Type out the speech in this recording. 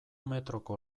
metroko